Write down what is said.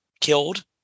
killed